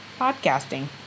podcasting